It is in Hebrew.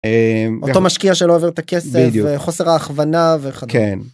אותו משקיע שלא העביר את כסף וחוסר ההכוונה וכדומה.